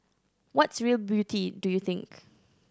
what's real beauty do you think